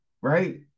Right